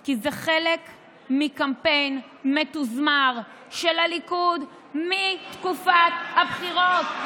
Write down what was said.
כי זה חלק מקמפיין מתוזמר של הליכוד מתקופת הבחירות.